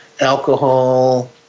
alcohol